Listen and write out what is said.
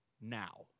now